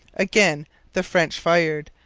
again the french fired,